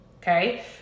Okay